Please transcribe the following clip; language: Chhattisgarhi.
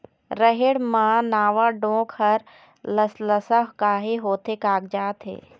रहेड़ म नावा डोंक हर लसलसा काहे होथे कागजात हे?